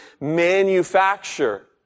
manufacture